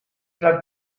clar